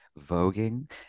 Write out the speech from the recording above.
voguing